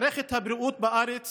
מערכת הבריאות בארץ